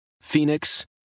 Phoenix